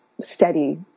steady